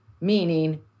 meaning